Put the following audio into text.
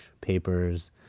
papers